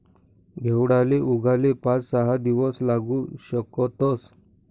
घेवडाले उगाले पाच सहा दिवस लागू शकतस